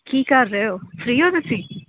ਕੀ ਕਰ ਰਹੇ ਹੋ ਫਰੀ ਹੋ ਤੁਸੀਂ